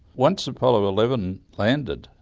once apollo eleven landed,